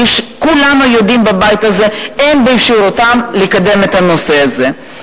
כשכולנו בבית הזה יודעים שאין באפשרותם לקדם את הנושא הזה.